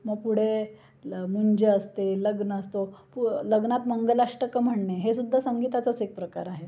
मग पुढे ल मुंज असते लग्न असतो पु लग्नात मंगलाष्टकं म्हणणे हे सुद्धा संगीताचाच एक प्रकार आहे